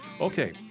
Okay